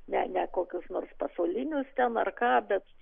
ne ne kokius nors pasaulinius ten ar ką bet